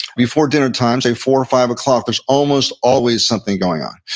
before dinner time, say four or five o'clock, there's almost always something going on.